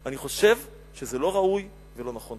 אני חושב שזה לא ראוי ולא נכון.